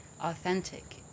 authentic